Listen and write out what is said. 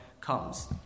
comes